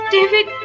David